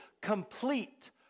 complete